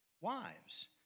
Wives